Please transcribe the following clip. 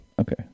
Okay